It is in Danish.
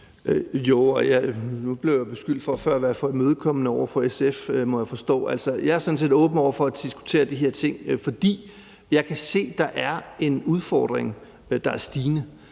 set åben over for at diskutere de her ting, fordi jeg kan se, at der er en udfordring,